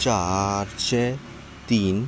चारशें तीन